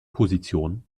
position